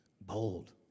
Bold